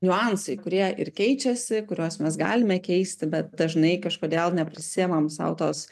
niuansai kurie ir keičiasi kuriuos mes galime keisti bet dažnai kažkodėl neprisiimam sau tos